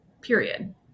period